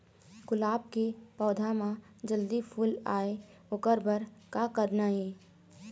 गुलाब के पौधा म जल्दी फूल आय ओकर बर का करना ये?